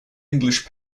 english